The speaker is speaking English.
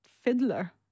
fiddler